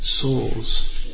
souls